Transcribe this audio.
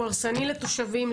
הוא הרסני לתושבים,